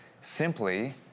simply